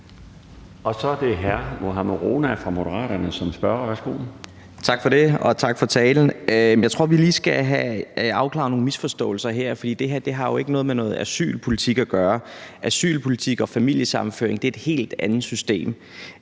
Så er det hr. Mohammad Rona fra Moderaterne som spørger. Værsgo. Kl. 12:48 Mohammad Rona (M): Tak for det, og tak for talen. Jeg tror, vi lige skal have afklaret nogle misforståelser her, for det her har jo ikke noget med asylpolitik at gøre. Asylpolitik og familiesammenføring er et helt andet system.